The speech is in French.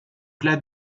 plats